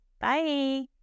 Bye